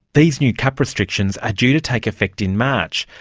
these new cup restrictions are due to take effect in march,